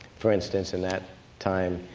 for instance, in that time,